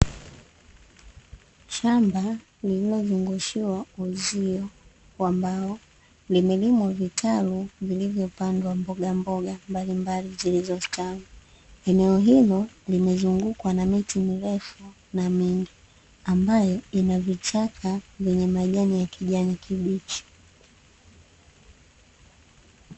Shamba lililozungushiwa uzio wa mbao, limelimwa vitalu vya mboga mbalimbali zilizostawi, eneo hilo limezungukwa na miti mirefu na mingi ambayo ina vichaka vyenye majani ya kijani kibichi.